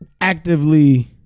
actively